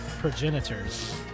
progenitors